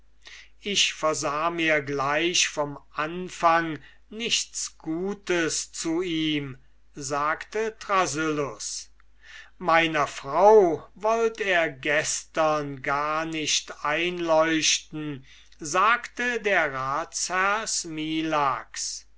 ich versah mir gleich vom anfang nichts gutes zu ihm sagte thrasyllus meiner frau wollt er gestern gar nicht einleuchten sprach der ratsherr